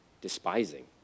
despising